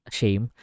shame